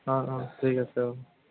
অঁ অঁ ঠিক আছে